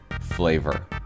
flavor